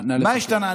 נא לסכם.